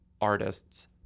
artist's